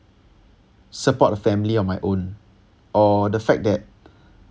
support the family on my own or the fact that